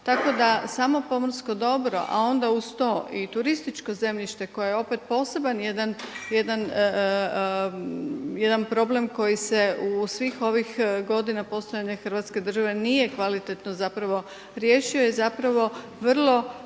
Tako da samo pomorsko dobro, a onda uz to i turističko zemljište koje je opet poseban jedan problem koji se u svih ovih godina postojanja Hrvatske države nije kvalitetno riješio i vrlo